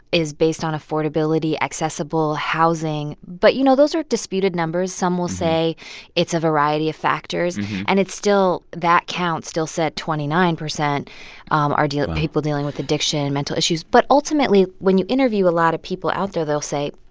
is based on affordability, accessible housing. but, you know, those are disputed numbers. some will say it's a variety of factors and it's still that count still said twenty nine percent um are dealing people dealing with addiction, and mental issues. but ultimately, when you interview a lot of people out there, they'll say,